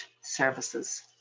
services